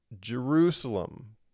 Jerusalem